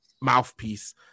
mouthpiece